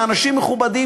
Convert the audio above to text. באנשים מכובדים,